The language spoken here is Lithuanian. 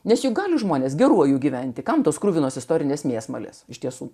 nes juk gali žmonės geruoju gyventi kam tos kruvinos istorinės mėsmalės iš tiesų